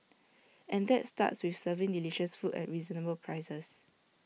and that starts with serving delicious food at reasonable prices